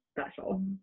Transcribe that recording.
special